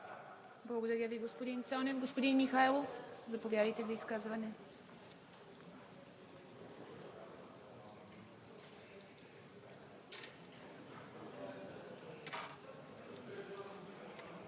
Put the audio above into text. Благодаря Ви, господин Цонев. Господин Михайлов, заповядайте за изказване.